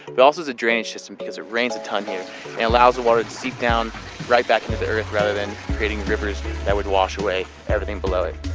but also as a drainage system because it rains a ton here and allows the water to seep down right back into the earth rather than creating rivers that would wash away everything below it.